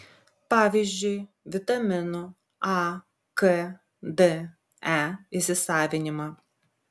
pavyzdžiui vitaminų a k d e įsisavinimą